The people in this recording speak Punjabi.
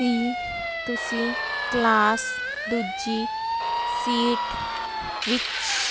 ਕੀ ਤੁਸੀਂ ਕਲਾਸ ਦੂਜੀ ਸੀਟ ਵਿੱਚ